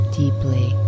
deeply